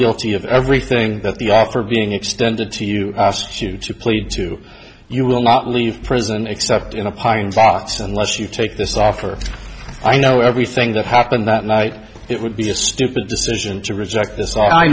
guilty of everything that the offer being extended to you asked you to plead to you will not leave prison except in a pine box unless you take this offer i know everything that happened that night it would be a stupid decision to reject this all i